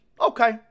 Okay